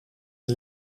een